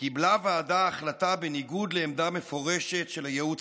קיבלה ועדה החלטה בניגוד לעמדה מפורשת של הייעוץ